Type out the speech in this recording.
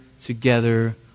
together